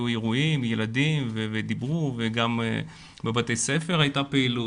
אירועים ודיברו וגם בבתי ספר הייתה פעילות.